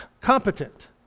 competent